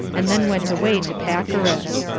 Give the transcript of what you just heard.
and then went away to pacorus.